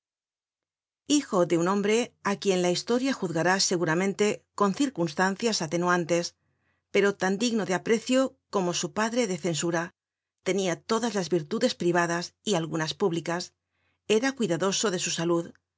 hijo de un hombre á quien la historia juzgará seguramente con circunstancias atenuantes pero tan digno de aprecio como su padre de censura tenia todas las virtudes privadas y algunas públicas era cuidadoso de su salud